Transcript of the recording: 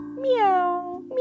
Meow